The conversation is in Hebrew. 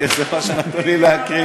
זה מה שנתנו לי להקריא.